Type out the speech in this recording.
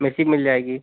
Messi मिल जाएगी